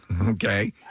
Okay